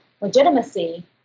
legitimacy